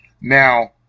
Now